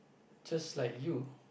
just like you